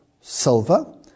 silver